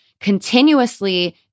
continuously